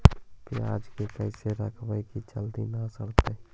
पयाज के कैसे रखबै कि जल्दी न सड़तै?